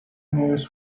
news